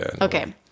Okay